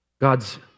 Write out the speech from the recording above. God's